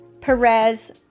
Perez